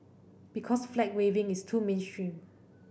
because flag waving is too mainstream